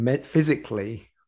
physically